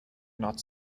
not